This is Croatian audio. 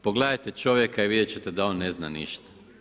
Pogledajte čovjeka i vidjet ćete da on ne zna ništa.